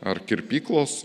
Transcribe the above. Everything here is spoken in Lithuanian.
ar kirpyklos